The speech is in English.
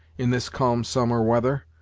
in this calm summer weather.